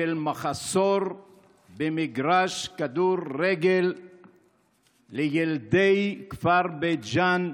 של מחסור במגרש כדורגל לילדי הכפר בית ג'ן.